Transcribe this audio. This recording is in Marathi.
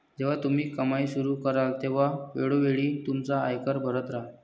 जेव्हा तुम्ही कमाई सुरू कराल तेव्हा वेळोवेळी तुमचा आयकर भरत राहा